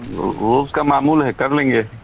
روز کا معمول ہے کر لیں گے